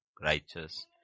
righteous